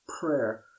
Prayer